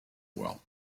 well